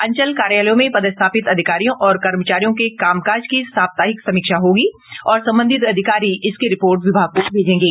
अंचल कार्यालयों में पदस्थापित अधिकारियों और कर्मचारियों के कामकाज की साप्ताहिक समीक्षा होगी और संबंधित अधिकारी इसकी रिपोर्ट विभाग को भेजेंगे